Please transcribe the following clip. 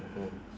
mmhmm